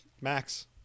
max